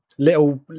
Little